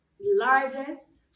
Largest